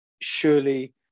surely